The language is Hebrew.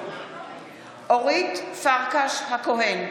אורית פרקש הכהן,